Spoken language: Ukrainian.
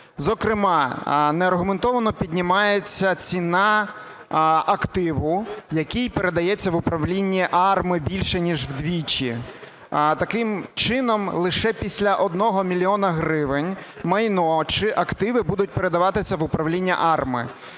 Зокрема, неаргументовано піднімається ціна активу, який передається в управління АРМА, більше ніж удвічі. Таким чином, лише після 1 мільйона гривень майно чи активи будуть передаватися в управління АРМА.